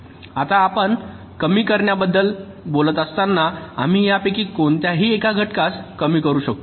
आता आपण कमी करण्याबद्दल बोलत असताना आम्ही यापैकी कोणत्याही एका घटकास कमी करू शकतो